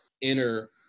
inner